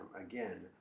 again